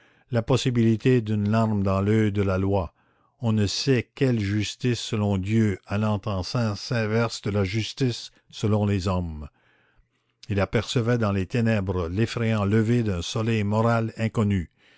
la possibilité d'une larme dans l'oeil de la loi on ne sait quelle justice selon dieu allant en sens inverse de la justice selon les hommes il apercevait dans les ténèbres l'effrayant lever d'un soleil moral inconnu